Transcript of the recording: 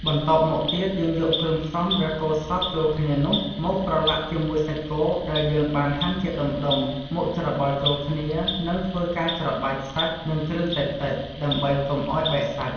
បន្ទាប់មកទៀតយើងយកគ្រឿងផ្សំដែលកូរសព្វចូលគ្នានោះ មកប្រឡាក់ជាមួយសាច់គោដែលយើងបានហាន់ជាដុំៗ មកច្របល់ចូលគ្នានិងធ្វើការច្របាច់សាច់និងគ្រឿងតិចៗ ដើម្បីកុំអោយបែកសាច់។